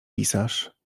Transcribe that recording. pisarz